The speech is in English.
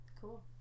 cool